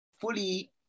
fully